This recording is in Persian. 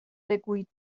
بگویید